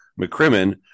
McCrimmon